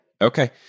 Okay